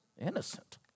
innocent